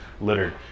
littered